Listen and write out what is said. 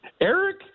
Eric